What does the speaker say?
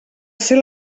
ser